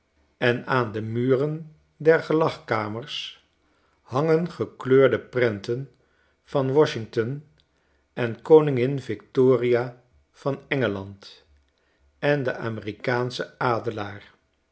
en aan de muren der gelagkamers hangen gekleurde prenten van washington enkoningin victoria van engeland en den amerikaanschen adelaar